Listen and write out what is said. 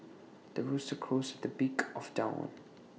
the rooster crows at the break of dawn